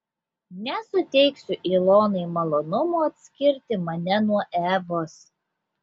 nesuteiksiu ilonai malonumo atskirti mane nuo evos